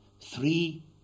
three